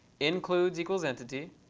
includes equals entity.